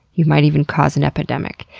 you might even cause an epidemic.